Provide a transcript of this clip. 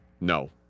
No